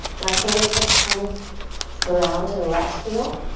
left fingertips come around to the left heel.